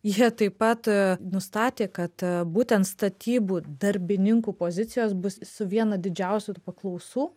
jie taip pat nustatė kad būtent statybų darbininkų pozicijos bus su viena didžiausių paklausų